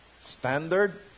Standard